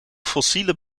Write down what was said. fossiele